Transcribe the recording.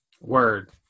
Word